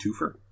Twofer